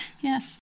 Yes